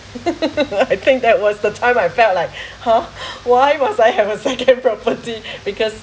I think that was the time I felt like !huh! why was I have a second property because